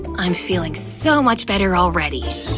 i'm feeling so much better already!